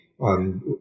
on